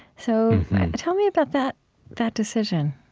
so tell me about that that decision.